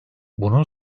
bunun